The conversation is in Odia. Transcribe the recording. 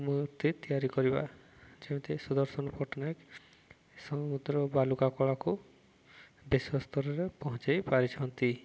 ମୂର୍ତ୍ତି ତିଆରି କରିବା ଯେମିତି ସୁଦର୍ଶନ ପଟ୍ଟନାୟକ ସମୁଦ୍ର ବାଲୁକା କଳାକୁ ବିଶ୍ୱସ୍ତରରେ ପହଞ୍ଚାଇ ପାରିଛନ୍ତି